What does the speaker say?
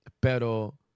Pero